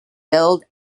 build